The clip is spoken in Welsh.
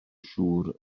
siŵr